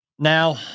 Now